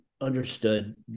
understood